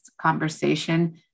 conversation